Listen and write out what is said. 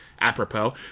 apropos